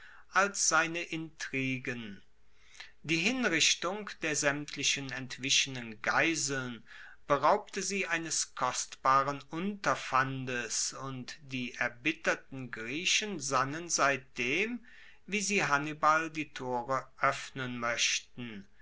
als seine intrigen die hinrichtung der saemtlichen entwichenen geiseln beraubte sie eines kostbaren unterpfandes und die erbitterten griechen sannen seitdem wie sie hannibal die tore oeffnen moechten